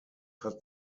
hat